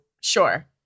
Sure